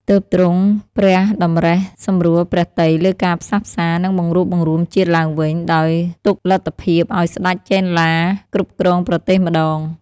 ទើបទ្រង់ព្រះតម្រិះសម្រួលព្រះទ័យលើការផ្សះផ្សា និងបង្រួបបង្រួមជាតិឡើងវិញ ដោយទុកលទ្ធភាពឱ្យស្ដេចចេនឡាគ្រប់គ្រងប្រទេសម្តង។